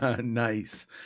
Nice